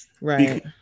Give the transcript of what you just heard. Right